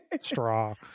Straw